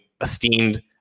esteemed